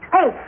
Hey